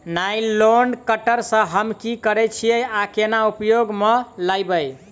Nylon cutter सँ हम की करै छीयै आ केना उपयोग म लाबबै?